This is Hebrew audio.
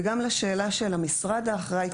וגם לשאלה של המשרד האחראי.